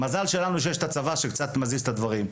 מזל שלנו יש צבא שקצת מזיז את הדברים.